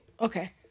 okay